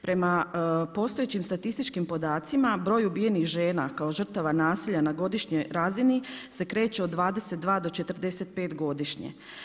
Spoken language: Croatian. Prema postojećim statističkim podacima broj ubijenih žena kao žrtava nasilja na godišnjoj razini se kreće od 22 do 45 godišnje.